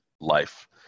life